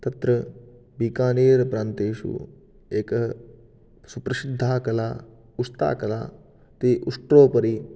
तत्र बीकानेर् प्रान्तेषु एकः सुप्रसिद्धा कला उस्ताकला ते उष्ट्रोपरि